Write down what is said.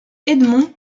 edmond